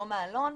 לא מעלון,